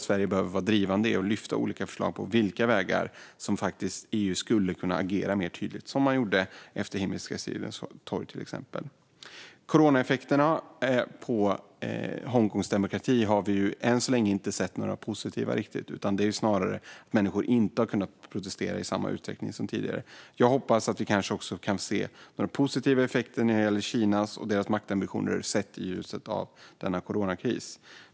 Sverige behöver vara drivande och lyfta upp flera olika förslag om på vilka vägar EU tydligare skulle kunna agera, till exempel på det sätt som man gjorde efter händelserna på Himmelska fridens torg. Vi har än så länge inte riktigt sett några positiva effekter av coronapandemin på Hongkongs demokrati. Människor har snarare inte kunnat protestera i samma utsträckning som tidigare. Jag hoppas att vi kommer att kunna se positiva effekter när det gäller Kinas maktambitioner i ljuset av coronakrisen.